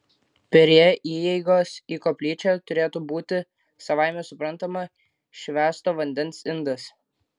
prie įeigos į koplyčią turėtų būti savaime suprantama švęsto vandens indas